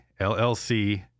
LLC